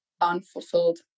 unfulfilled